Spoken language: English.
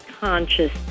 conscious